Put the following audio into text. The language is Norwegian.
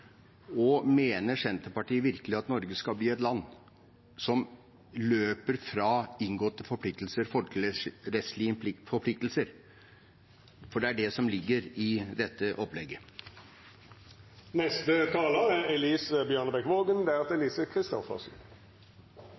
Mener Senterpartiet virkelig at Norge skal bli et land som løper fra inngåtte folkerettslige forpliktelser? For det er det som ligger i dette